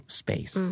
space